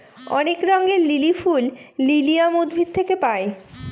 অনেক রঙের লিলি ফুল লিলিয়াম উদ্ভিদ থেকে পায়